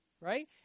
Right